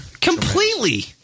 Completely